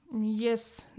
Yes